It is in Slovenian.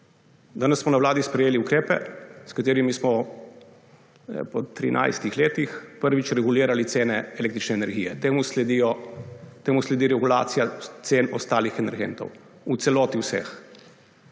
Danes smo na vladi sprejeli ukrepe, s katerimi smo po 13 letih prvič regulirali cene električne energije. Temu sledi regulacija cen ostalih energentov v celoti, vseh.